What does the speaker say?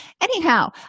Anyhow